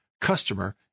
customer